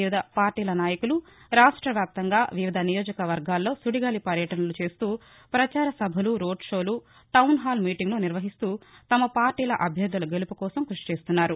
వివిధ పార్టీల నాయకులు రాష్టవ్యాప్తంగా వివిధ నియోజక వర్గాలలో సుడిగాలి పర్యటనలు చేస్తూ ప్రచార సభలు రోడ్ షోలు టౌన్ హాల్ మీటింగులు నిర్వహిస్తూ తమ పార్టీల అభ్యర్దల గెలుపుకోసం కృషి చేస్తున్నారు